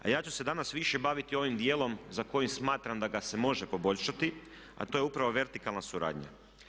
A ja ću se danas više baviti ovim dijelom za koji smatram da ga se može poboljšati a to je upravo vertikalna suradnja.